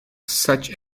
such